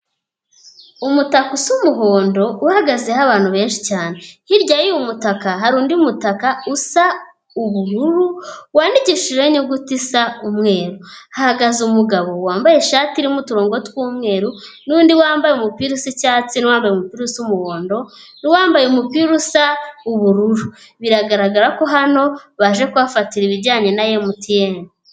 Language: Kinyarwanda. Umutaka usa umuhondo uhagazeho abantu benshi cyane, hirya y'uyu mutaka hari undi mutaka usa ubururu, wandikishijejweho inyuguti isa umweru, hahagaze umugabo wambaye ishati irimo uturongo tw'umweru n'undi wambaye umupira usa icyatsi n'umbaye umupira w'umuhondo n'uwambaye umupira usa ubururu, biragaragara ko hano baje kuhafatira ibijyanye na emutiyeni.